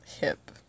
Hip